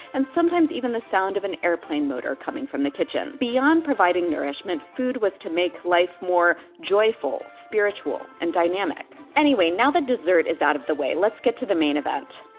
and sometimes even the sound of an airplane motor coming from the kitchen. beyond providing nourishment, food was to make life more joyful, spiritual, and dynamic. anyway, now that dessert is out of the way, let's get to the main event.